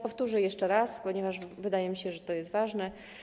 Powtórzę to jeszcze raz, ponieważ wydaje mi się, że to jest ważne.